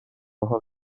حال